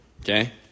okay